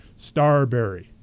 Starberry